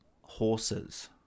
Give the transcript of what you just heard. horses